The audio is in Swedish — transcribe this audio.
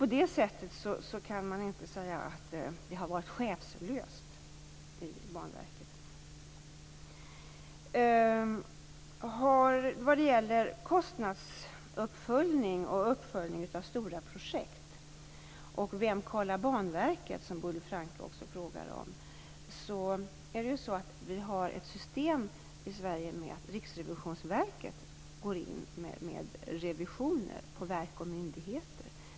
På det sättet kan man inte säga att Banverket har varit chefslöst. Vad gäller kostnadsuppföljning, uppföljning av stora projekt och vem som kollar Banverket, som Bodil Francke också frågar om, har vi ett system i Sverige där Riksrevisionsverket går in med revisioner på verk och myndigheter.